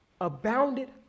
abounded